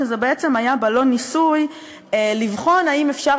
שזה בעצם היה בלון ניסוי לבחון אם אפשר